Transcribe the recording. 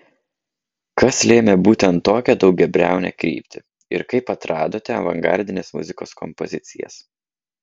kas lėmė būtent tokią daugiabriaunę kryptį ir kaip atradote avangardinės muzikos kompozicijas